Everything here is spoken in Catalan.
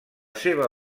seva